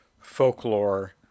folklore